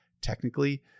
technically